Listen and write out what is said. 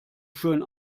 schön